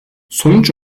sonuç